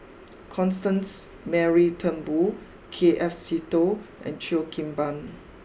Constance Mary Turnbull K F Seetoh and Cheo Kim Ban